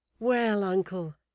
well, uncle,